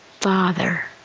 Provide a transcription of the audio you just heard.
Father